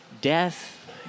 death